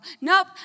Nope